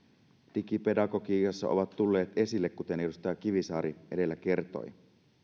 digipedagogiikassa ovat tulleet esille kuten edustaja kivisaari edellä kertoi